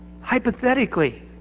hypothetically